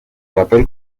papel